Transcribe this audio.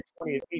20th